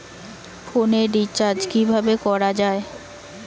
ফোনের রিচার্জ কিভাবে করা যায়?